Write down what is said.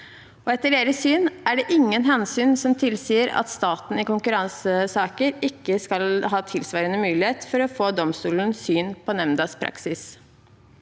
Etter deres syn er det ingen hensyn som tilsier at staten ikke skal ha tilsvarende mulighet for å få domstolenes syn på nemndens praksis